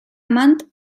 amant